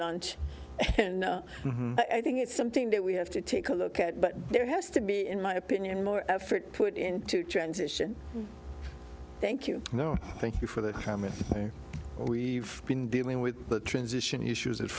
lunch i think it's something that we have to take a look at but there has to be in my opinion more effort put into transition thank you know thank you for that comment we've been dealing with the transition issues